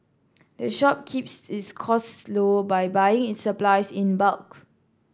the shop keeps its costs low by buying its supplies in bulk